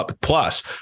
plus